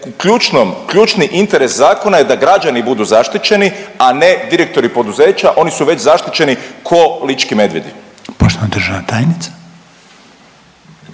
ključni interes zakona je da građani budu zaštićeni, a ne direktori poduzeća. Oni su već zaštićeni ko lički medvjedi. **Reiner, Željko